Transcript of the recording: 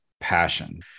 passion